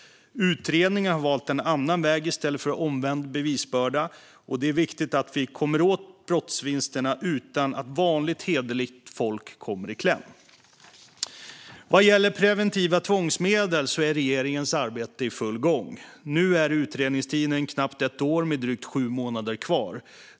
Utredningen har valt en annan väg i stället för omvänd bevisbörda. Det är viktigt att vi kommer åt brottsvinsterna utan att vanligt hederligt folk kommer i kläm. Regeringens arbete med preventiva tvångsmedel är i full gång. Nu är utredningstiden knappt ett år, med drygt sju månader kvar.